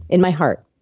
in my heart.